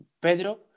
Pedro